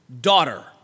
Daughter